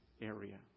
area